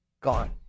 gone